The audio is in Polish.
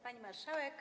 Pani Marszałek!